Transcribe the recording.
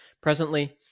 Presently